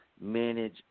manage